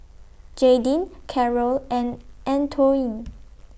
Jaydin Carol and Antoine